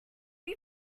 you